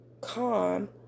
calm